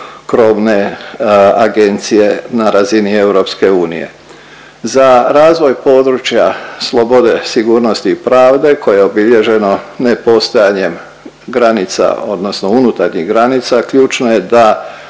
krovne agencije na razini EU. Za razvoj područja slobode, sigurnosti i pravde koje je obilježeno nepostojanjem granica odnosno unutarnjih granica. Ključno je da